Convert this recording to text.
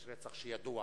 יש רצח שידוע